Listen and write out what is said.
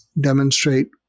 demonstrate